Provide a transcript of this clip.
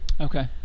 Okay